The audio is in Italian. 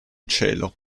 cielo